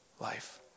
life